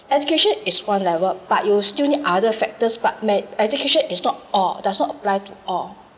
education is one level but you still need other factors but may education is not all does not apply to all